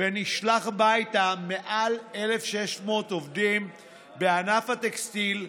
ונשלח הביתה מעל 1,600 עובדים בענף הטקסטיל,